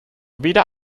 weder